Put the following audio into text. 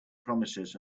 promises